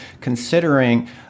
considering